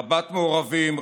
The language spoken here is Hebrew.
היא רבת-מעורבים,